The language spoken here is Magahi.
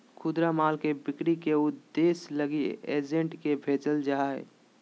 खुदरा माल के बिक्री के उद्देश्य लगी एजेंट के भेजल जा हइ